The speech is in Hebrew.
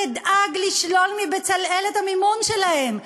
אני אדאג לשלול מ"בצלאל" את המימון שלהם.